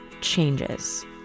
changes